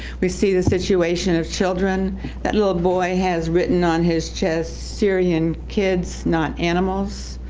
we see the situation of children that little boy has written on his chest syrian kids not animals,